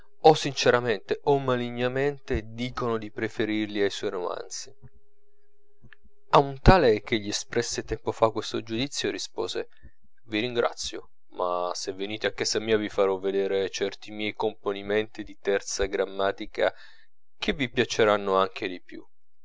o sinceramente o malignamente dicono di preferirli ai suoi romanzi a un tale che gli espresse tempo fa questo giudizio rispose vi ringrazio ma se venite a casa mia vi farò vedere certi miei componimenti di terza grammatica che vi piaceranno anche di più